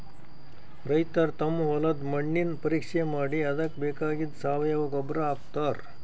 ರೈತರ್ ತಮ್ ಹೊಲದ್ದ್ ಮಣ್ಣಿನ್ ಪರೀಕ್ಷೆ ಮಾಡಿ ಅದಕ್ಕ್ ಬೇಕಾಗಿದ್ದ್ ಸಾವಯವ ಗೊಬ್ಬರ್ ಹಾಕ್ತಾರ್